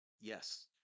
yes